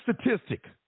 statistic